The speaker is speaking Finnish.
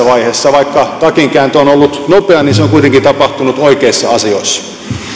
vaiheessa siitä että vaikka takinkääntö on ollut nopeaa niin se on kuitenkin tapahtunut oikeissa asioissa